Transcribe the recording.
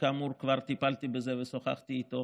וכאמור כבר טיפלתי בזה ושוחחתי איתו